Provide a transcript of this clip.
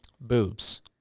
Boobs